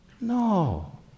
No